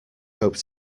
hope